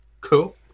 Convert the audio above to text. cool